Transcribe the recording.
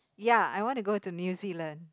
ya I want to go to New Zealand